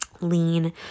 lean